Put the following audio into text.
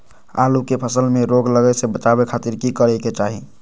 आलू के फसल में रोग लगे से बचावे खातिर की करे के चाही?